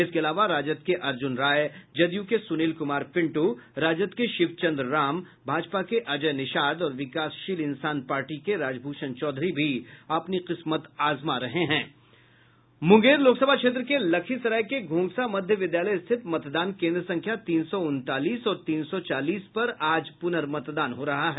इसके अलावा राजद के अर्जुन राय जदयू के सुनील कुमार पिंटू राजद के शिवचंद्र राम भाजपा के अजय निषाद और विकासशील इंसान पार्टी के राजभूषण चौधरी भी अपनी किस्मत आजमा रहें हैं मूंगेर लोकसभा क्षेत्र के लखीसराय के घोंघसा मध्य विद्यालय स्थित मतदान केंद्र संख्या तीन सौ उनतालीस और तीन सौ चालीस पर आज पुनर्मतदान हो रहा है